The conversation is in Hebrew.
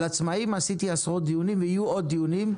על עצמאים עשיתי עשרות דיונים ויהיו עוד דיונים,